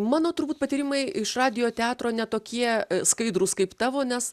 mano turbūt patyrimai iš radijo teatro ne tokie skaidrūs kaip tavo nes